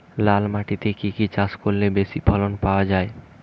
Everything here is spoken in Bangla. লাল মাটিতে কি কি চাষ করলে বেশি ফলন পাওয়া যায়?